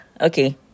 Okay